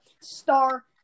star